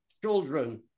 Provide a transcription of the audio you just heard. children